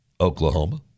Oklahoma